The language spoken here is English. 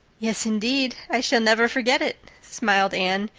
yes, indeed. i shall never forget it, smiled anne,